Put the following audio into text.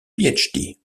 phd